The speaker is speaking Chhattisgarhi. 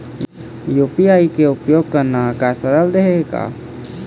यू.पी.आई के उपयोग करना का सरल देहें का?